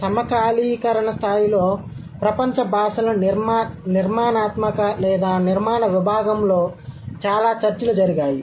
సమకాలీకరణ స్థాయిలో ప్రపంచ భాషల నిర్మాణాత్మక లేదా నిర్మాణ విభాగంలో చాలా చర్చలు జరిగాయి